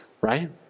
right